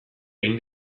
egin